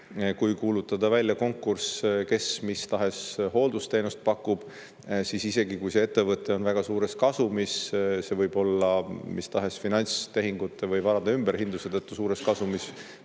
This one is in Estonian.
kui kuulutada välja konkurss, kes mistahes hooldusteenust pakub, siis isegi kui see ettevõte on väga suures kasumis, see võib olla mistahes finantstehingute või varade ümberhindluse tõttu suures kasumis